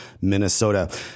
Minnesota